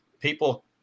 people